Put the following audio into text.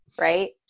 right